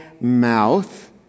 mouth